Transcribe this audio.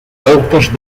voltes